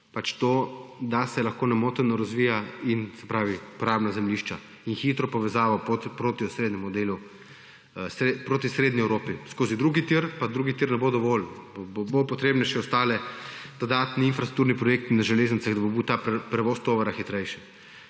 pač to, da se lahko nemoteno razvija in uporabno zemljišča in hitro povezavo proti osrednjemu delu, proti srednji Evropi skozi drugi tir. Pa drugi tir ne bo dovolj, bojo potrebni še ostali dodatni infrastrukturni projekti na železnicah, da bi bil ta prevoz tovora hitrejši.